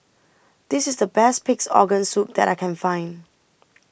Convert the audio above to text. This IS The Best Pig'S Organ Soup that I Can Find